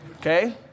okay